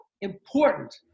important